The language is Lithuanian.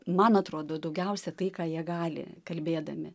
man atrodo daugiausia tai ką jie gali kalbėdami